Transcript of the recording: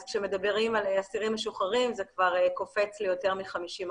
אז כשמדברים על אסירים משוחררים אז זה כבר קופץ ליותר מ-50%,